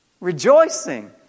rejoicing